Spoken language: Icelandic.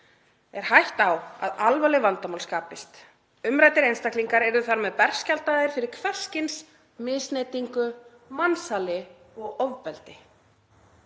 er hætta á að alvarleg vandamál skapist. Umræddir einstaklingar yrðu þar með berskjaldaðir fyrir hvers kyns misneytingu, mansali og ofbeldi.